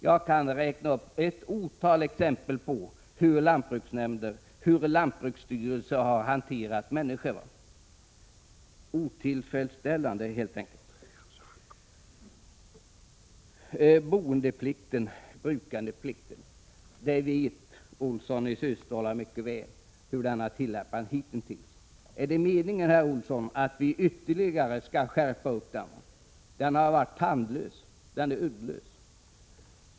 Jag kan räkna upp ett otal exempel på hurlantbruksnämnder och lantbruksstyrelser har hanterat människor. Det är helt enkelt otillfredsställande. Karl Erik Olsson vet mycket väl hur principen om boendeplikten och brukandeplikten hittills har tillämpats. Är det meningen, herr Olsson, att vi ytterligare skall skärpa den? Den har varit tandlös, uddlös.